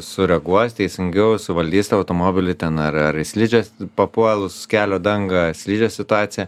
sureaguos teisingiau suvaldys tą automobilį ten ar ar į slidžias papuolus kelio dangą slidžią situaciją